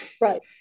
Right